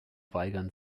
weigern